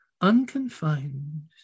unconfined